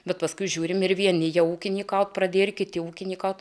bet paskui žiūrime ir vieni jau ūkininko pradėti kiti ūkininko